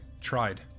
tried